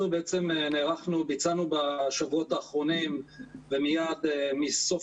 אנחנו בעצם ביצענו בשבועות האחרונים ומייד מסוף